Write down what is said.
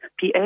PA